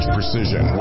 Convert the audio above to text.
Precision